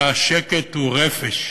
שהשקט הוא רפש.